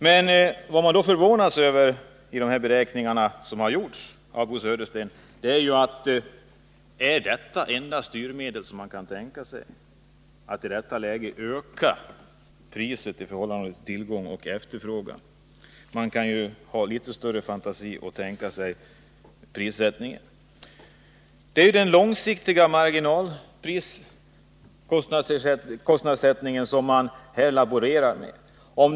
Men vad man förvånar sig över i Bo Söderstens beräkningar är att det enda styrmedel han kan tänka sig i detta läge är att höja priset med ledning av tillgång och efterfrågan. Man borde visa litet större fantasi på den punkten. Vad man här laborerar med är den långsiktiga marginalkostnadsprissättningen.